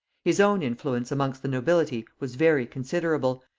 his own influence amongst the nobility was very considerable,